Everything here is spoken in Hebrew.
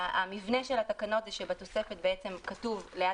המבנה של התקנות הוא שבתוספת כתוב ברמת כותרות ליד